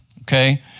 okay